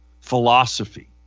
philosophy